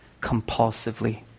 compulsively